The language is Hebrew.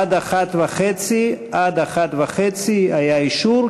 עד 13:30. עד 13:30 היה אישור,